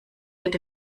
wird